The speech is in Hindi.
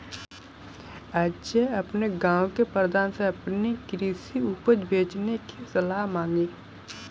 अजय ने अपने गांव के प्रधान से अपनी कृषि उपज बेचने की सलाह मांगी